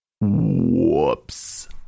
Whoops